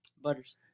Butters